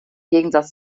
gegensatz